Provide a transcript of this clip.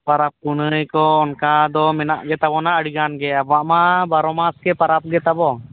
ᱯᱚᱨᱚᱵᱽᱼᱯᱩᱱᱟᱹᱭᱠᱚ ᱚᱱᱠᱟᱫᱚ ᱢᱮᱱᱟᱜ ᱜᱮᱛᱟᱵᱚᱱᱟ ᱟᱹᱰᱤᱜᱟᱱ ᱜᱮ ᱟᱵᱚᱣᱟᱜ ᱢᱟ ᱵᱟᱨᱚ ᱢᱟᱥᱜᱮ ᱯᱚᱨᱚᱵᱽᱜᱮ ᱛᱟᱵᱚᱱ